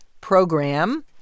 program